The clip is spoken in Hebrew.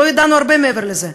לא ידענו הרבה מעבר לזה,